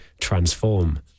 transform